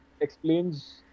explains